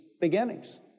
beginnings